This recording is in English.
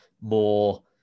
more